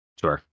Sure